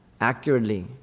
accurately